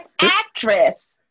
actress